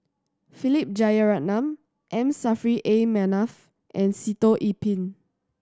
Philip Jeyaretnam M Saffri A Manaf and Sitoh Yih Pin